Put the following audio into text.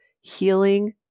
healing